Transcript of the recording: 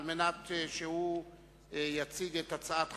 על מנת שהוא יציג את הצעת חד"ש.